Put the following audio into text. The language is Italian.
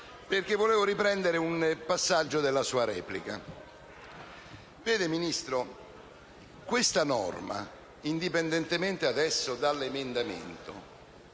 perché voglio riprendere un passaggio della sua replica. Vede, signor Ministro, questa norma, indipendentemente dall'emendamento,